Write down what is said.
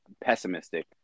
pessimistic